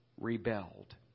Rebelled